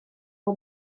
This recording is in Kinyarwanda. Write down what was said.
aho